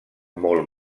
molt